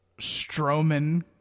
Strowman